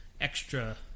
extra